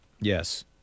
yes